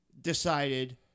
decided